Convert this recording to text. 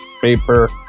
paper